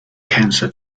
cancer